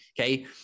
okay